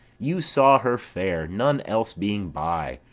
you saw her fair, none else being by,